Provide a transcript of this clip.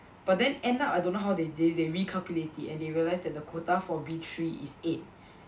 but then end up I don't know how they they they recalculate it and they realised that the quota for B three is eight